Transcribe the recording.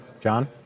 John